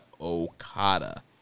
Okada